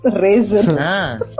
Razor